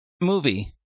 movie